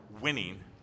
winning